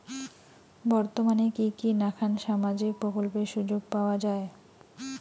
বর্তমানে কি কি নাখান সামাজিক প্রকল্পের সুযোগ পাওয়া যায়?